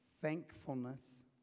thankfulness